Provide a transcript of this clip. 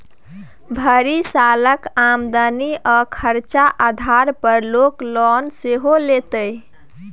भरि सालक आमदनी आ खरचा आधार पर लोक लोन सेहो लैतै